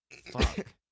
Fuck